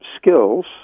skills